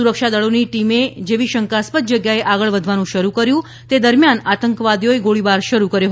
સુરક્ષાદળોની ટીમે જેવી શંકાસ્પદ જગ્યાએ આગળ વધવાનું શરૂ કર્યું તે દરમિયાન આતંકવાદીઓએ ગોળીબાર શરૂ કર્યો